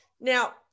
Now